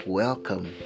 welcome